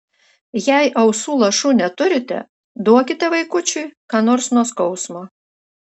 jei ausų lašų neturite duokite vaikučiui ką nors nuo skausmo